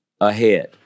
ahead